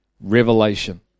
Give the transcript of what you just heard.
Revelation